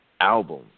album